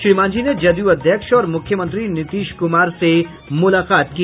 श्री मांझी ने जदयू अध्यक्ष और मुख्यमंत्री नीतीश कुमार से मुलाकात की